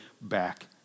back